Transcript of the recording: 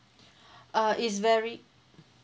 uh it's vary